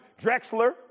Drexler